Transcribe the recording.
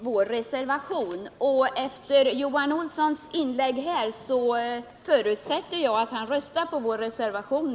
Herr talman! Men, Wivi-Anne Radesjö, om man röstar på utskottets förslag så tillgodoser man ju också syftet med reservationen.